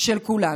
של כולנו.